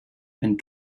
and